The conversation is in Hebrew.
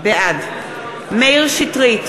בעד מאיר שטרית,